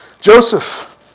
Joseph